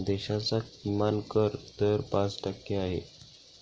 देशाचा किमान कर दर पाच टक्के आहे